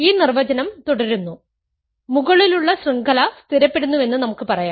ഈ നിർവചനം തുടരുന്നു മുകളിലുള്ള ശൃംഖല സ്ഥിരപ്പെടുന്നുവെന്ന് നമുക്ക് പറയാം